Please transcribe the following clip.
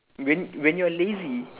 when when you are lazy